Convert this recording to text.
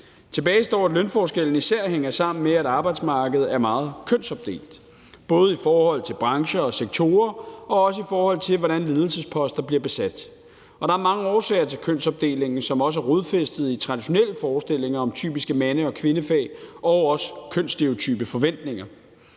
Tilbage står, at lønforskellen især hænger sammen med, at arbejdsmarkedet er meget kønsopdelt, både i forhold til brancher og sektorer, og også i forhold til hvordan ledelsesposter bliver besat. Og der er mange årsager til kønsopdelingen, som også er rodfæstet i traditionelle forestillinger om typiske mande- og kvindefag og også kønsstereotype forventninger.